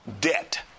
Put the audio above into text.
debt